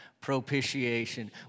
Propitiation